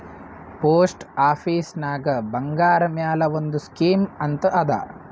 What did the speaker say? post ಆಫೀಸ್ನಾಗ್ ಬಂಗಾರ್ ಮ್ಯಾಲ ಒಂದ್ ಸ್ಕೀಮ್ ಅಂತ್ ಅದಾ